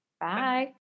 Bye